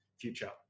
future